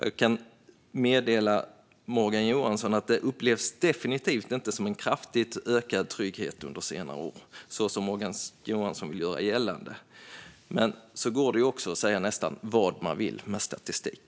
Jag kan meddela Morgan Johansson att det definitivt inte upplevs som en kraftigt ökad trygghet under senare år, som Morgan Johansson vill göra gällande, men så går det ju också att säga nästan vad man vill med statistik.